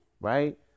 Right